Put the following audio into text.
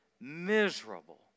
Miserable